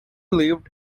lived